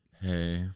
hey –